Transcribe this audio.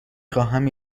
خواهم